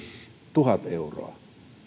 tuhat euroa